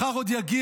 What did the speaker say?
מחר עוד יגיע,